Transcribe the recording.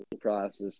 process